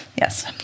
Yes